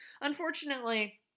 Unfortunately